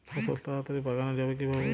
ফসল তাড়াতাড়ি পাকানো যাবে কিভাবে?